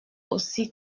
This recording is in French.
aussi